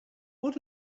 want